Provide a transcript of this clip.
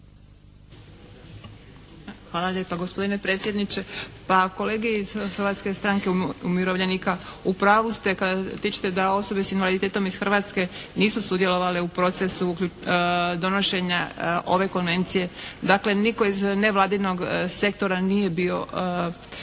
Hvala lijepa gospodine predsjedniče. Pa kolege iz Hrvatske stranke umirovljenika u pravu ste kada ističete da osobe s invaliditetom iz Hrvatske nisu sudjelovale u procesu donošenja ove konvencije. Dakle, nitko iz nevladinog sektora nije bio